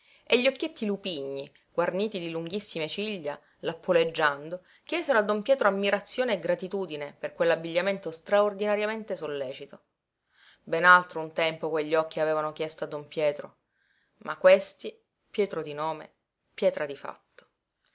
e gli occhietti lupigni guarniti di lunghissime ciglia lappoleggiando chiesero a don pietro ammirazione e gratitudine per quell'abbigliamento straordinariamente sollecito ben altro un tempo quegli occhi avevano chiesto a don pietro ma questi pietro di nome pietra di fatto